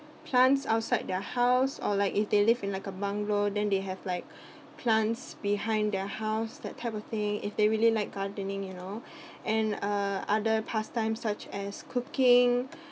plants outside their house or like if they live in like a bungalow then they have like plants behind their house that type of thing if they really like gardening you know and uh other pastime such as cooking